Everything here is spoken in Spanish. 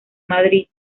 madrid